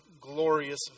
glorious